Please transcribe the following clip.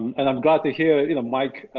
and i'm glad to hear you know mike